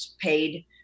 paid